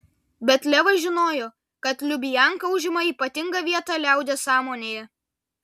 bet levas žinojo kad lubianka užima ypatingą vietą liaudies sąmonėje